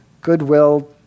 goodwill